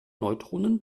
neutronen